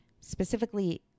specifically